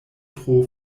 tro